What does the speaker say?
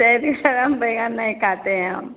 तैंतीस सरम बैगन नहि खाते हैं हम